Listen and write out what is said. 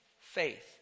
Faith